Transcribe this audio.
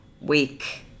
week